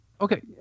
Okay